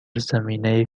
زمینه